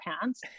pants